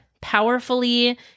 powerfully